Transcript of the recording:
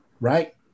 right